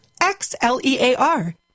X-L-E-A-R